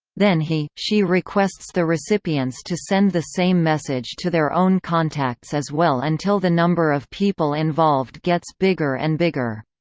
then he she requests the recipients to send the same message to their own contacts as well until the number of people involved gets bigger and bigger.